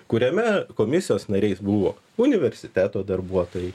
kuriame komisijos nariais buvo universiteto darbuotojai